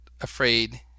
afraid